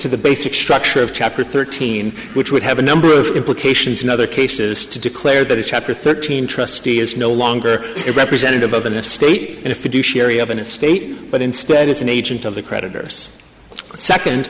to the basic structure of chapter thirteen which would have a number of implications in other cases to declare that a chapter thirteen trustee is no longer a representative of the state and if you do sheri of an estate but instead is an agent of the creditors second